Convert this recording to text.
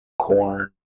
corn